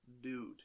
dude